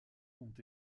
ont